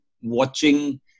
watching